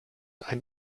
ein